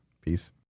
Peace